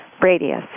radius